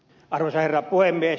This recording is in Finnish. arvoisa herra puhemies